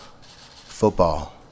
Football